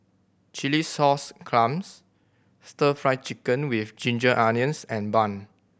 chilli sauce clams Stir Fry Chicken with ginger onions and bun